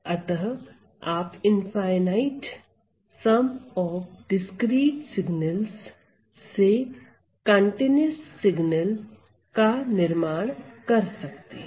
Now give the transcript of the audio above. अतः आप infinite sum of discrete signals से कंटीन्यूअस सिग्नल का निर्माण कर सकते हैं